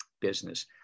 business